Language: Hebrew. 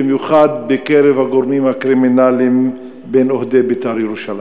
במיוחד בקרב הגורמים הקרימינליים שבין אוהדי "בית"ר ירושלים"?